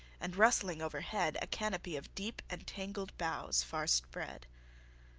and rustling overhead a canopy of deep and tangled boughs far spread.